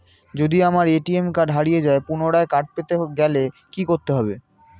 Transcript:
যদি আমার ATM card হারিয়ে যায় পুনরায় কার্ড পেতে গেলে কি করতে হবে?